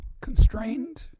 constrained